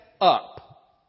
up